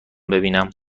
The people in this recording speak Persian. ببینم